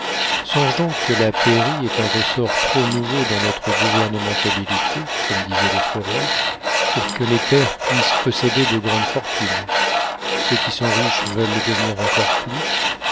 songe donc que la pairie est un ressort trop nouveau dans notre gouvernementabilité comme disait le feu roi pour que les pairs puissent posséder de grandes fortunes ceux qui sont riches veulent le devenir encore plus